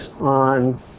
on